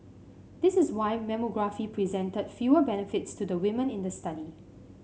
this was why mammography presented fewer benefits to the women in the study